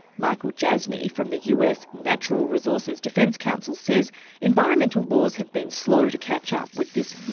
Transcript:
michael jasny from the us natural resources defence council says environmental laws have been slow to catch up with this